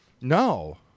No